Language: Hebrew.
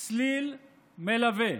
צלילי מלווה,